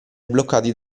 bloccati